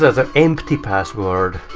the empty password.